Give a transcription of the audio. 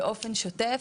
באופן שוטף.